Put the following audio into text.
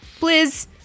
Blizz